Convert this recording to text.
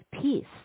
peace